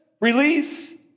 release